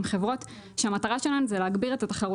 הן חברות שהמטרה שלהן זה להגביר את התחרות.